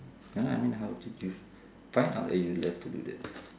ya lah I mean how did you find out that you love to do that